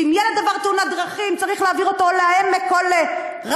שאם ילד עבר תאונת דרכים צריך להעביר אותו או ל"העמק" או לרמב"ם?